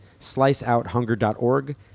sliceouthunger.org